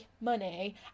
money